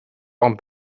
ond